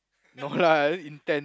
no lah inten~